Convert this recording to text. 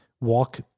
walk